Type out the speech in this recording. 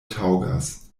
taŭgas